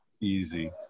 Easy